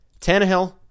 Tannehill